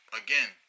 again